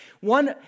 One